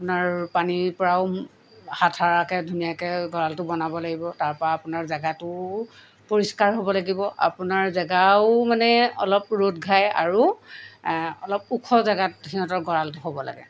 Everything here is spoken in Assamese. আপোনাৰ পানীৰ পৰাও হাত সৰাকৈ ধুনীয়াকৈ গঁড়ালটো বনাব লাগিব তাৰপৰা আপোনাৰ জেগাটোও পৰিষ্কাৰ হ'ব লাগিব আপোনাৰ জেগাও মানে অলপ ৰ'দ ঘাই আৰু অলপ ওখ জেগাত সিহঁতৰ গঁড়ালটো হ'ব লাগে